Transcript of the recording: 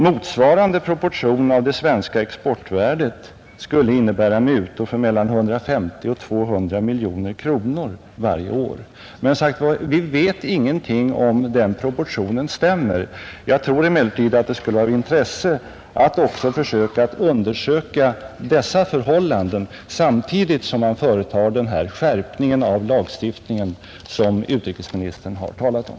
Motsvarande proportion av det svenska exportvärdet skulle innebära mutor för mellan 150 och 200 miljoner kronor varje år. Men vi vet, som sagt, inte om den proportionen stämmer. Jag tror emellertid att det skulle vara av intresse att också undersöka dessa förhållanden, samtidigt som man företar den skärpning av lagstiftningen som utrikesministern har talat om.